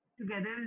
together